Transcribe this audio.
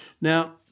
Now